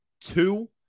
two